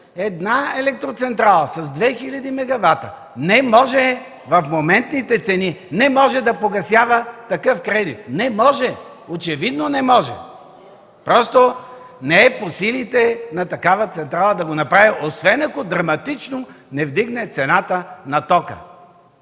една електроцентрала с 2000 мегавата в моментните цени не може да погасява такъв кредит. Не може! Очевидно не може. Просто не е по силите на такава централа да го направи, освен ако драматично не вдигне цената на тока.